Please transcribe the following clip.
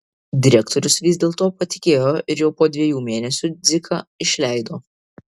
direktorius vis dėl to patikėjo ir jau po dviejų mėnesių dziką išleido